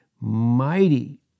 mighty